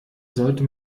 sollte